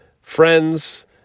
friends